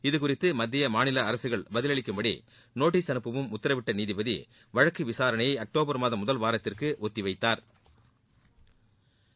இது குறித்து மத்திய மாநில அரசுகள் பதிலளிக்கும்படி நோட்டீஸ் அனுப்பவும் உத்தரவிட்ட நீதிபதி வழக்கு விசாரணையை அக்டோபர் மாதம் முதல் வாரத்திற்கு ஒத்திவைத்தாா்